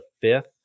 fifth